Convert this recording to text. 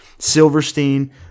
Silverstein